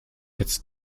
jetzt